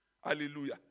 Hallelujah